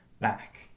back